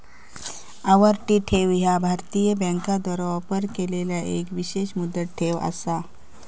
आवर्ती ठेव ह्या भारतीय बँकांद्वारा ऑफर केलेलो एक विशेष मुदत ठेव असा